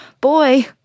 Boy